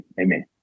amen